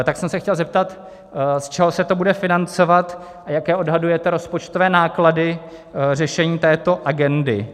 Tak jsem se chtěl zeptat, z čeho se to bude financovat, jaké odhadujete rozpočtové náklady řešení této agendy.